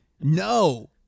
No